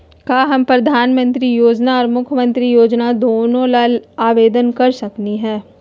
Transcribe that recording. का हम प्रधानमंत्री योजना और मुख्यमंत्री योजना दोनों ला आवेदन कर सकली हई?